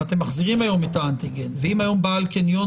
אתם מחזירים היום את האנטיגן ואם היו בעל קניון